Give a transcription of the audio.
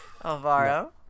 Alvaro